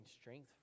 strength